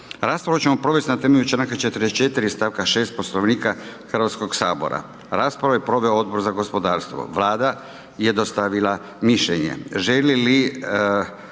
Raspravu ćemo provest na temelju članka 44 stavka 6 Poslovnika Hrvatskog sabora. Raspravu je proveo Odbor za gospodarstvo, Vlada je dostavila mišljenje. Želi li